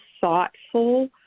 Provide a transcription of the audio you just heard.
thoughtful